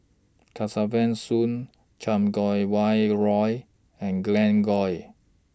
Kesavan Soon Chan Kum Wah Roy and Glen Goei